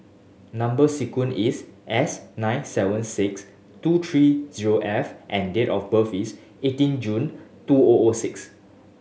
number sequence is S nine seven six two three zero F and date of birth is eighteen June two O O six